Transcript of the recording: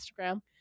Instagram